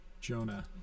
Jonah